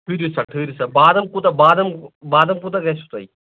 ٹھٔہرِو سا ٹھٔہرِو سا بادام کوٗتاہ بادام بادام کوٗتاہ گژھوٕ تۄہہِ